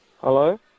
Hello